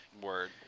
Word